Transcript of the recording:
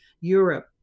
Europe